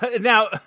Now